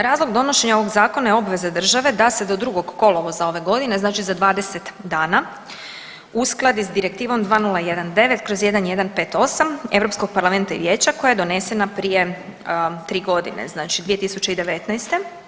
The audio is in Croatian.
Razlog donošenja ovog zakona je obveza države da se do 2. kolovoza ove godine, znači za 20 dana uskladi s Direktivom 2019/1158 Europskog parlamenta i vijeća koja je donesena prije 3.g. znači 2019.